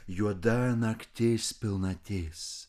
juoda naktis pilnatis